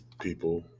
people